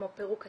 כמו פירוק עצמי,